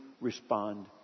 respond